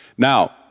Now